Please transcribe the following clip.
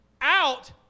out